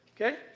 Okay